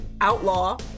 outlaw